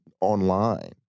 online